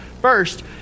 First